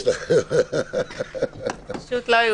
הדבר הזה קיים גם